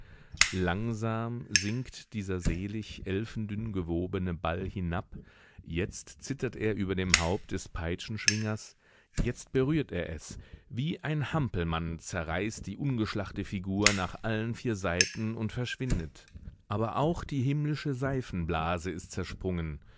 langsam sinkt dieser selig elfendünn gewobene ball hinab jetzt zittert er über dem haupt des peitschenschwingers jetzt berührt er es wie ein hampelmann zerreißt die ungeschlachte figur nach allen vier seiten und verschwindet aber auch die himmlische seifenblase ist zersprungen